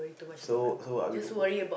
so so are we g~